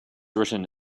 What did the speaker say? written